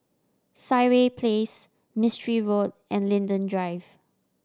Sireh Place Mistri Road and Linden Drive